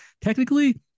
technically